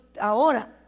ahora